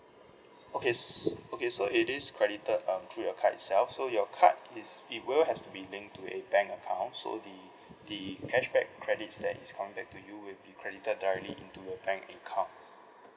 okay s~ okay so it is credited um through your card itself so your card is it will has to be linked to a bank account so the the cashback credits there is coming back to you will be credited directly into your bank account